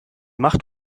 macht